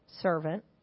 servant